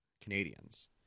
Canadians